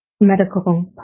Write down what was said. medical